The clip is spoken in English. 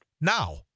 now